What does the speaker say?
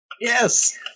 Yes